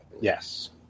Yes